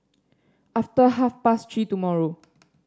after half past Three tomorrow